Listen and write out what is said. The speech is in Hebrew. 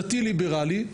דתי ליברלי,